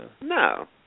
No